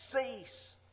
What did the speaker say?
cease